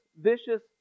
vicious